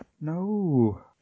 No